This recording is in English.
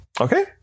Okay